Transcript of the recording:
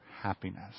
happiness